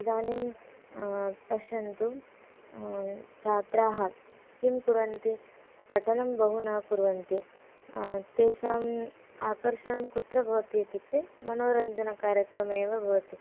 इदानीं पश्यन्तु छात्राः किं कुर्वन्ति पठनं बहु न कुर्वन्ति तेषाम् आकर्षणं कुत्र भवति इत्युक्ते मनोरञ्जनकार्यक्रमेव भवति